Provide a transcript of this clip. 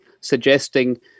suggesting